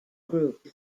group